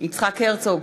יצחק הרצוג,